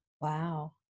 Wow